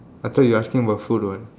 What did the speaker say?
I thought you asking about food what